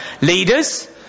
leaders